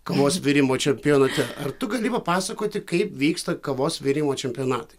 kavos virimo čempionate ar tu gali papasakoti kaip vyksta kavos virimo čempionatai